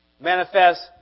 manifest